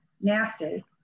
nasty